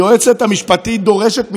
היועצת המשפטית דורשת מאיתנו,